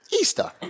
Easter